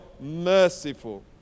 merciful